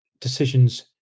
decisions